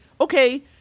okay